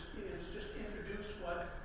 just introduce what